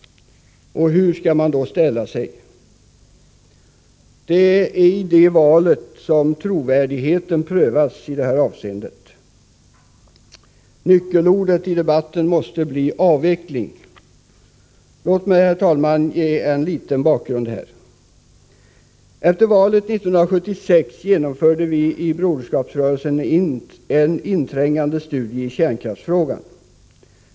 Hur skall man då ställa sig? Det är i det valet som trovärdigheten prövas i detta avseende. Nyckelordet i debatten måste bli avveckling. Låt mig, herr talman, ge en liten bakgrund. Efter valet 1976 genomförde vi i Broderskapsrörelsen en inträngande studie i kärnkraftsfrågan.